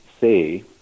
say